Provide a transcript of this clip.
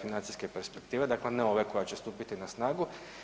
financijske perspektive, dakle ne ove koja će stupiti na snagu.